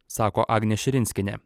sako agnė širinskienė